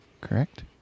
Correct